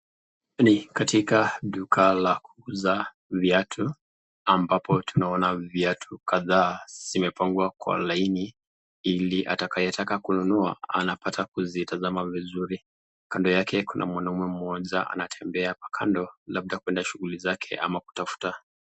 Ni katika duka la kuuza viatu, ambapo tunaona viatu kadhaa zimepangwa kwa laini ili anayetaka kununua anapata kuzitazama vizuri. Kando yake kuna mwanaume mmoja anatembea apo kando labda kuenda shughuli zake ama kutafuta.